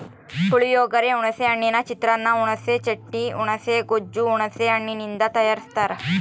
ಪುಳಿಯೋಗರೆ, ಹುಣಿಸೆ ಹಣ್ಣಿನ ಚಿತ್ರಾನ್ನ, ಹುಣಿಸೆ ಚಟ್ನಿ, ಹುಣುಸೆ ಗೊಜ್ಜು ಹುಣಸೆ ಹಣ್ಣಿನಿಂದ ತಯಾರಸ್ತಾರ